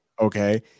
okay